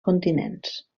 continents